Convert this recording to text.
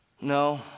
No